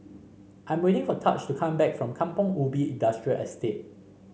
I'm waiting for Tahj to come back from Kampong Ubi Industrial Estate